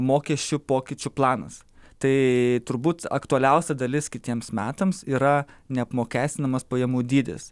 mokesčių pokyčių planas tai turbūt aktualiausia dalis kitiems metams yra neapmokestinamas pajamų dydis